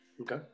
Okay